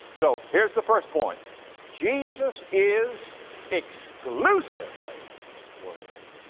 so, here's the first point jesus is exclusively worthy.